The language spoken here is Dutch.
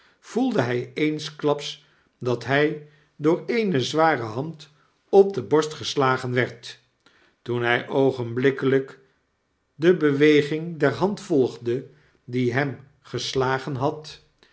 voelde hy eensklaps dat hij door eene zware hand op de borst geslagen werd toen hfl oogenblikkelijk de beweging der hand volgde die hem geslagen had